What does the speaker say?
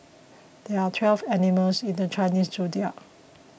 there are twelve animals in the Chinese zodiac